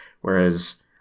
whereas